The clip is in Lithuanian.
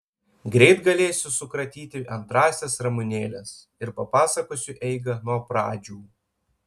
greit galėsiu sukratyti antrąsias ramunėles ir papasakosiu eigą nuo pradžių